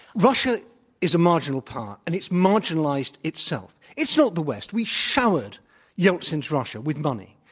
russia is a marginal power, and it's marginalized itself. it's not the west. we showered yeltsin's russia with money.